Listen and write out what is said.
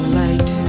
light